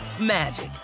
magic